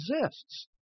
exists